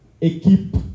équipe